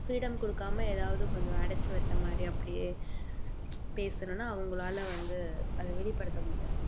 freedom கொடுக்காம ஏதாவது கொஞ்சம் அடைச்சு வைச்ச மாதிரி அப்படியே பேசணும்னா அவங்களால வந்து அதை வெளிப்படுத்த முடியாது